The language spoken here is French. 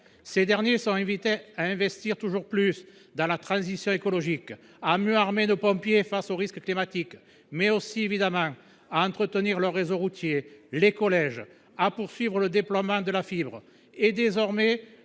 Les départements sont invités à investir toujours plus dans la transition écologique, à mieux armer nos pompiers face aux risques climatiques, mais aussi, évidemment, à entretenir leur réseau routier et les collèges, et à poursuivre le déploiement de la fibre. Désormais,